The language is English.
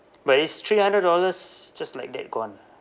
but it's three hundred dollars just like that gone ah